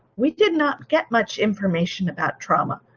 we did not get much information about trauma.